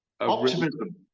optimism